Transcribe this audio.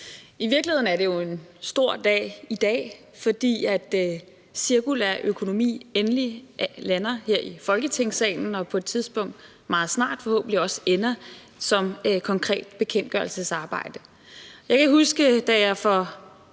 I virkeligheden er det jo en stor dag i dag, fordi cirkulær økonomi endelig lander her i Folketingssalen og på et tidspunkt, forhåbentlig meget snart, også ender som et konkret bekendtgørelsesarbejde. Jeg kan huske, da jeg for